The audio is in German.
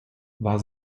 war